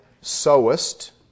sowest